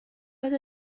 oedd